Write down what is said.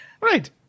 right